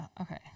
okay